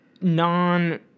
non